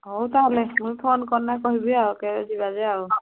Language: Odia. ହଉ ତା'ହେଲେ ମୁଇଁ ଫୋନ କରନେ କହିବି ଆଉ କେବେ ଯିବା ଯେ ଆଉ